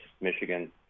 Michigan